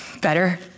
better